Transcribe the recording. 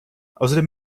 außerdem